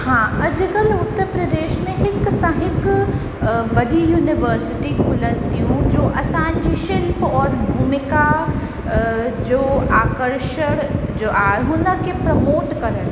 मां अॼुकल्ह उत्तर प्रदेश में हिक सां हिकु वॾी यूनिवर्सिटी खुलंदियूं जो असांजी शिल्प और भूमिका जो आकर्षण जो आहिनि हुन खे प्रमोट करनि थियूं